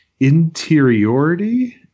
interiority